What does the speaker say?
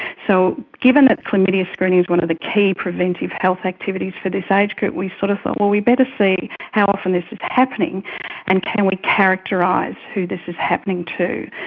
so given that chlamydia screening is one of the key preventative health activities for this age group we sort of thought, well, we'd better see how often this is happening and can we characterise who this is happening too.